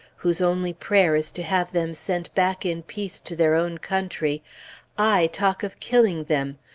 whose only prayer is to have them sent back in peace to their own country i talk of killing them!